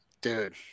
Dude